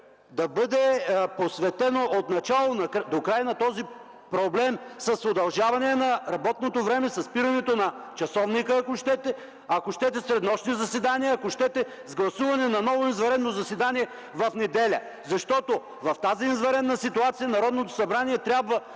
да бъде посветено отначало докрай на този проблем с удължаване на работното време, със спирането на часовника ако щете, ако щете среднощни заседания, ако щете с гласуване на ново извънредно заседание в неделя. Защото в тази извънредна ситуация Народното събрание трябва